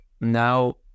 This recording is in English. now